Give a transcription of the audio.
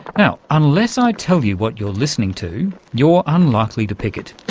now, unless i tell you what you're listening to, you're unlikely to pick it.